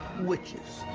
witches,